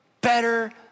better